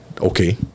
Okay